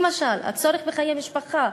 למשל, הצורך בחיי משפחה.